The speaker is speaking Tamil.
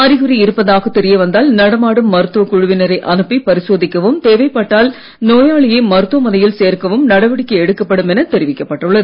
அறிகுறி இருப்பதாக தெரிய வந்தால் நடமாடும் மருத்துவக் குழுவினரை அனுப்பிப் பரிசோதிக்கவும் தேவைப்பட்டால் நோயாளியை மருத்துவமனையில் சேர்க்கவும் நடவடிக்கை எடுக்கப்படும் எனத் தெரிவிக்கப்பட்டுள்ளது